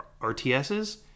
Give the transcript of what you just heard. rts's